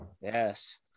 yes